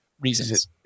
reasons